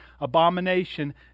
abomination